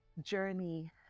journey